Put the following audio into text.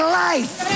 life